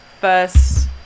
first